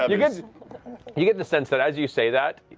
um you get you get the sense that, as you say that,